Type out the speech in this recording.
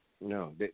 No